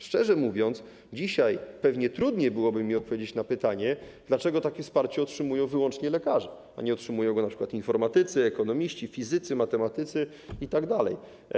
Szczerze mówiąc, dzisiaj pewnie trudniej byłoby mi odpowiedzieć na pytanie, dlaczego takie wsparcie otrzymują wyłącznie lekarze, a nie otrzymują go np. informatycy, ekonomiści, fizycy, matematycy itd.